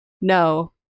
no